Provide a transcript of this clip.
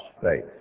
faith